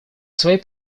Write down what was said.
своей